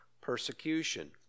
persecution